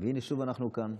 והינה שוב אנחנו כאן.